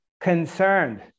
concerned